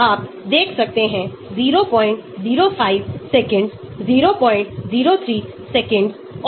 Craig plot नाम की कोई चीज है जिसका इस्तेमाल QSAR में भी किया जाता है